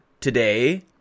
today